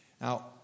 Now